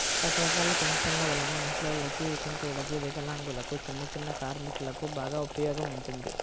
రకరకాల పెన్షన్ల వలన ముసలోల్లకి, వితంతువులకు, వికలాంగులకు, చిన్నచిన్న కార్మికులకు బాగా ఉపయోగం ఉంటుంది